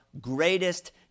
greatest